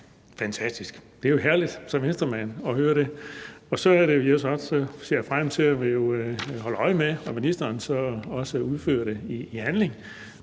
Fantastisk! Det er jo herligt som Venstremand at høre det. Og så ser jeg frem til at holde øje med, om ministeren så også udfører det i handling.